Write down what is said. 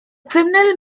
criminal